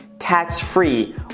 tax-free